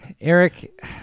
Eric